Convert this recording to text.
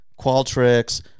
Qualtrics